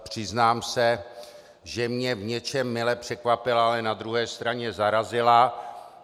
Přiznám se, že mě v něčem mile překvapila, ale na druhé straně zarazila.